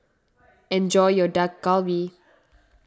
enjoy your Dak Galbi